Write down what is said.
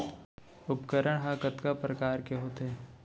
उपकरण हा कतका प्रकार के होथे?